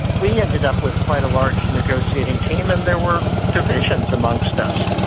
we ended up with quite a large negotiating team, and there were divisions amongst us,